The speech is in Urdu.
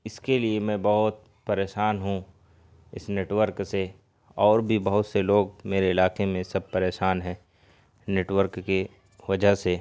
اس کے لیے میں بہت پریشان ہوں اس نیٹ ورک سے اور بھی بہت سے لوگ میرے علاقے میں سب پریشان ہیں نیٹ ورک کے وجہ سے